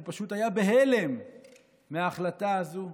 הוא פשוט היה בהלם מההחלטה הזו,